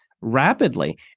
rapidly